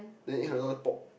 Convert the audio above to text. then eight hundred dollar pop